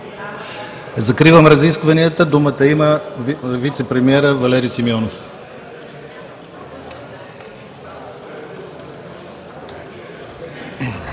Закривам разискванията. Думата има вицепремиерът Валери Симеонов.